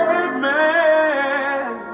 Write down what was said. amen